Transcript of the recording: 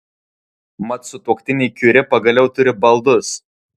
mat sutuoktiniai kiuri pagaliau turi baldus